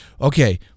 okay